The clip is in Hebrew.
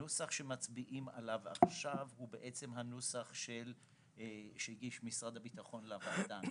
הנוסח שמצביעים עליו עכשיו הוא בעצם הנוסח שהגיש משרד הביטחון לוועדה,